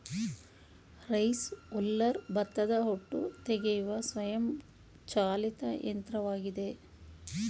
rice huller ಭತ್ತದ ಹೊಟ್ಟು ತೆಗೆಯುವ ಸ್ವಯಂ ಚಾಲಿತ ಯಂತ್ರವಾಗಿದೆ